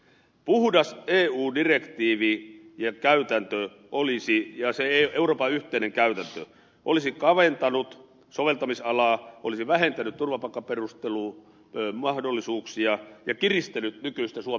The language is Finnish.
puhdas eu direktiivi ja käytäntö euroopan yhteinen käytäntö olisi kaventanut soveltamisalaa olisi vähentänyt turvapaikkaperustelumahdollisuuksia ja kiristänyt nykyistä suomen käytäntöä